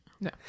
no